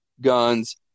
guns